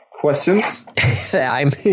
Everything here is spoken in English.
Questions